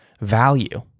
value